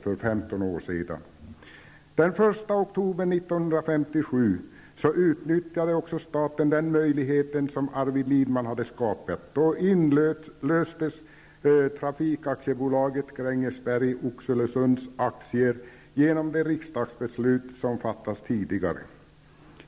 Den 1 oktober 1957 utnyttjade också staten den möjlighet som Arvid Lindman hade skapat. Då inlöstes Trafikaktiebolaget Grängesberg Oxelösunds aktier med hjälp av det riksdagsbeslut som fattats tidigare.